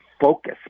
focus